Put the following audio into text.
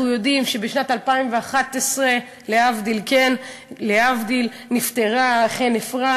אנחנו יודעים שבשנת 2011, להבדיל, נפטרה חן אפרת.